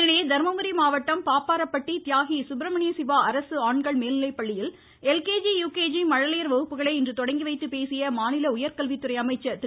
இதனிடையே தர்மபுரி மாவட்டம் பாப்பாரப்பட்டி தியாகி சுப்பிரமணிய சிவா அரசு ஆண்கள் மேல்நிலைப்பள்ளியில் எல்கேஜி யுகேஜி மழலையர் வகுப்புகளை இன்று தொடங்கி வைத்து பேசிய மாநில உயர்கல்வித்துறை அமைச்சர் திரு